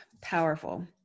Powerful